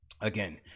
again